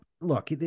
look